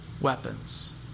weapons